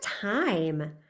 time